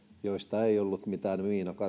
joista ei ollut mitään miinakarttoja eli